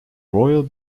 royal